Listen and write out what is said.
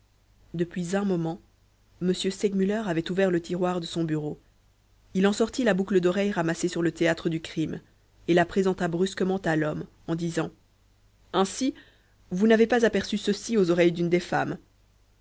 depuis un moment m segmuller avait ouvert le tiroir de son bureau il en sortit la boucle d'oreille ramassée sur le théâtre du crime et la présenta brusquement à l'homme en disant ainsi vous n'avez pas aperçu ceci aux oreilles d'une des femmes